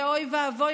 ואוי ואבוי,